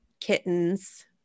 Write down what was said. kittens